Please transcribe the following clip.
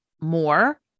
more